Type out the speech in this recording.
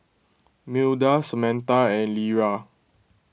Milda Samatha and Lera